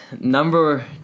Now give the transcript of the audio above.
number